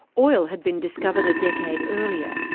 oil had been discovered a decade earlier,